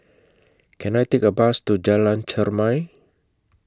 Can I Take A Bus to Jalan Chermai